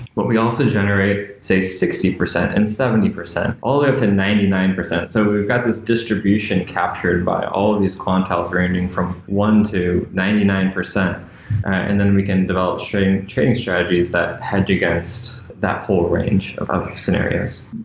but we also generate, say, sixty percent and seventy percent, all ah up to ninety nine percent. so we've got this distribution captured by all of these quantiles ranging from one percent to ninety nine percent and then we can develop change change strategies that hedge against that whole range of of scenarios.